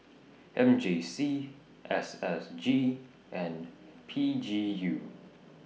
M J C S S G and P G U